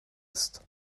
ist